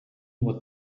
what